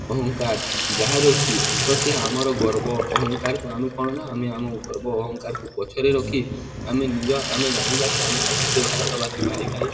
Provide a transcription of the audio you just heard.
ଅହଂକାର ଯାହା ରହିଛି ତ ସେ ଆମର ଗର୍ବ ଅହଙ୍କାର ଆମେ କଣ ନା ଆମେ ଆମ ଗର୍ବ ଅହଙ୍କାରକୁ ପଛରେ ରଖି ଆମେ ନିଜ ଆମେ ଜାଣିବାକି ଆମେ ସମସ୍ତେ ଭାରତବାସୀ ଭାଇ ଭାଇ